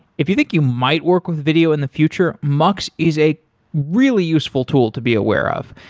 if you think you might work with video in the future, mux is a really useful tool to be aware of.